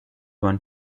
one